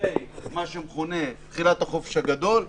לפני מה שמכונה "תחילת החופש הגדול",